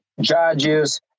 judges